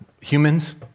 humans